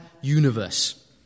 universe